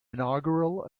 inaugural